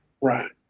Right